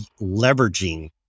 leveraging